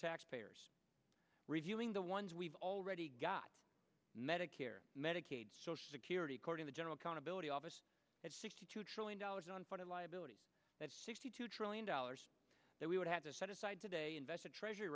taxpayers reviewing the ones we've already got medicare medicaid social security cordon the general countability office at sixty two trillion dollars unfunded liability that's sixty two trillion dollars that we would have to set aside today invested treasury